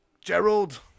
Gerald